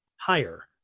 higher